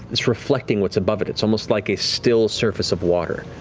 it's reflecting what's above it. it's almost like a still surface of water,